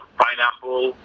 pineapple